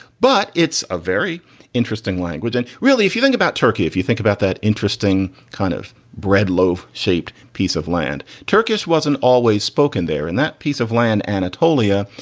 but it's a very interesting language. and really, if you think about turkey, if you think about that interesting kind of bread loaf shaped piece of land, turkish wasn't always spoken there in that piece of land, anatolia.